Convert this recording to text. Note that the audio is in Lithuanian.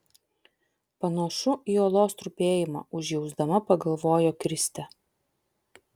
panašu į uolos trupėjimą užjausdama pagalvojo kristė